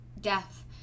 death